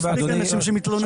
יש מספיק אנשים שמתלוננים.